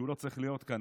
שהוא לא צריך להיות כאן,